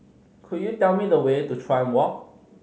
could you tell me the way to Chuan Walk